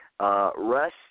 Russ